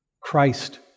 Christ